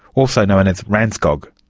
also known as ranzcog.